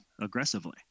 aggressively